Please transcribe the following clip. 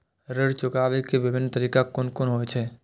ऋण चुकाबे के विभिन्न तरीका कुन कुन होय छे?